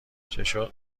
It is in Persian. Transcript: چطور